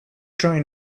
trying